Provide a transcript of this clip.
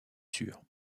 sûr